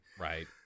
Right